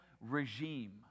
regime